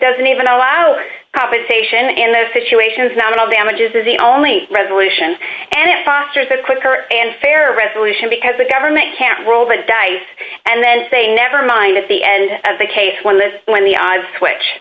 doesn't even allow for compensation in those situations not at all damages is the only resolution and it fosters a quicker and fair resolution because the government can't roll the dice and then say never mind at the end of the case when the when the odds which